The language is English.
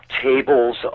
tables